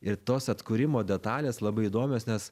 ir tos atkūrimo detalės labai įdomios nes